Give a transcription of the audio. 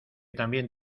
también